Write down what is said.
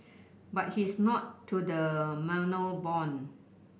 but he is not to the manor born